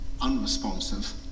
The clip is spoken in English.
unresponsive